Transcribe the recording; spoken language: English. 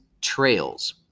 trails